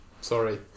Sorry